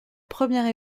première